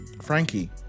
Frankie